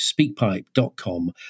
speakpipe.com